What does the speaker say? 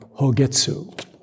Hogetsu